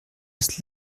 ist